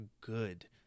good